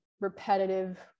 repetitive